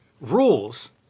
Rules